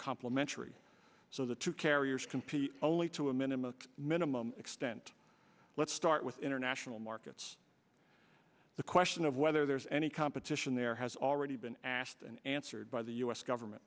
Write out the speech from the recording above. complementary so the two carriers compete only to a minimal minimum extent let's start with international markets the question of whether there's any competition there has already been asked and answered by the u s government